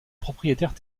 propriétaires